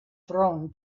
thrown